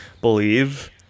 believe